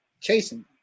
chasing